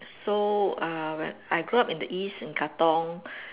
so uh I grew up in the east in Katong